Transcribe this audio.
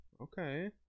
Okay